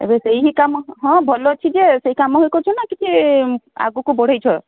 ଏବେ ସେଇ ହିଁ କାମ ହଁ ଭଲ ଅଛି ଯେ ସେଇ କାମ ହିଁ କରୁଛ ନା କିଛି ଆଗକୁ ବଢ଼େଇଛ